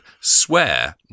swear